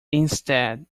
instead